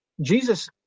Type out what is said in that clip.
Jesus